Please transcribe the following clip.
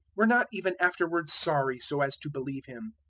were not even afterwards sorry so as to believe him.